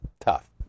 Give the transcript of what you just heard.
Tough